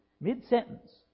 Mid-sentence